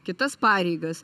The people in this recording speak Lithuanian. kitas pareigas